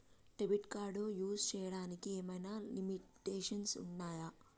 Debit card use చేయడానికి ఏమైనా limitations ఉన్నాయా?